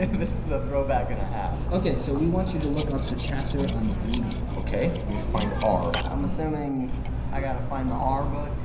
this is a throwback and a half. okay, so we want you to look up the chapter on reading. okay. let me find r. i'm assuming i got to find the r book.